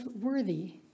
worthy